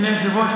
אדוני היושב-ראש,